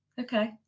okay